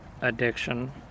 addiction